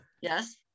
yes